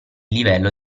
livello